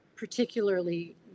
particularly